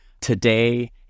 Today